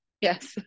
yes